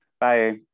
bye